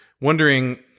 wondering